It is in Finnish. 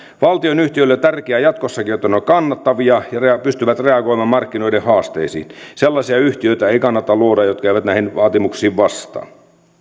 valtionyhtiöille on tärkeää jatkossakin että ne ovat kannattavia ja pystyvät reagoimaan markkinoiden haasteisiin sellaisia yhtiöitä ei kannata luoda jotka eivät näihin vaatimuksiin vastaa